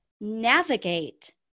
navigate